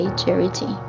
charity